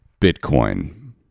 Bitcoin